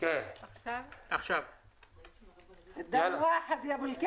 אני חושבת שרז היה פה בדיון הקודם,